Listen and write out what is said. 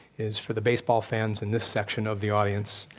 is for the baseball fans in this section of the audience,